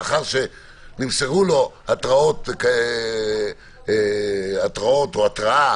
לאחר שנמסרו לו התראות או התראה,